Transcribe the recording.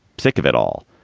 sick of it all.